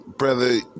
brother